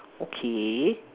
okay